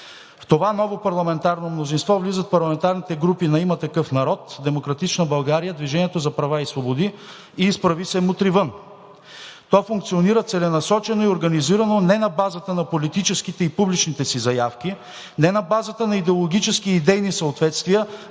В това ново парламентарно мнозинство влизат парламентарните групи на „Има такъв народ“, „Демократична България“, „Движението за права и свободи“ и „Изправи се! Мутри вън!“. То функционира целенасочено и организирано не на базата на политическите и публичните си заявки, не на базата на идеологически и идейни съответствия,